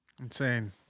Insane